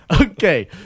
Okay